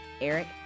Eric